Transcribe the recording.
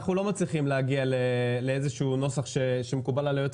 אנחנו לא מצליחים להגיע לנוסח שמקובל על היועץ